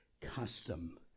custom